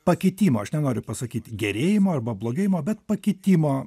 pakitimo aš nenoriu pasakyti gerėjimo arba blogėjimo bet pakitimo